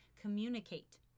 communicate